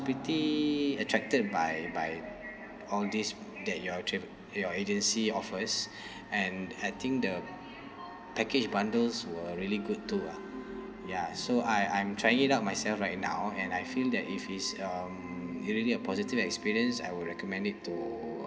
pretty attracted by by all these that your trav~ your agency offers and I think the package bundles were really good too ah ya so I I'm trying it out myself right now and I feel that if it's um really a positive experience I would recommend it to